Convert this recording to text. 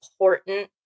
important